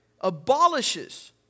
abolishes